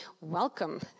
welcome